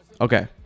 Okay